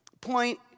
Point